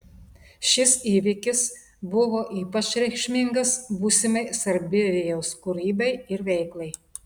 šis įvykis buvo ypač reikšmingas būsimai sarbievijaus kūrybai ir veiklai